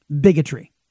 bigotry